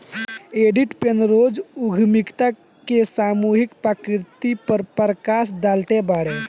Edith Penrose उद्यमिता के सामूहिक प्रकृति पर प्रकश डलले बाड़न